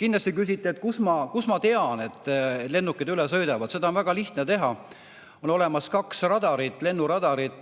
Kindlasti küsite, et kust ma tean, et lennukid üle sõidavad. See on väga lihtne. On olemas kaks radarit, lennuradarit,